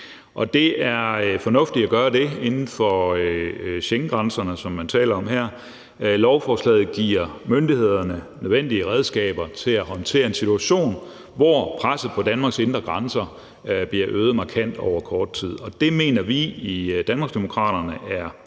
Det er fornuftigt at gøre det inden for Schengengrænserne, som man taler om her. Lovforslaget giver myndighederne nødvendige redskaber til at håndtere en situation, hvor presset på Danmarks indre grænser bliver øget markant over kort tid. Det mener vi i Danmarksdemokraterne er